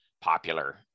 popular